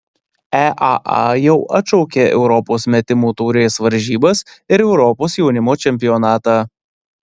eaa jau atšaukė europos metimų taurės varžybas ir europos jaunimo čempionatą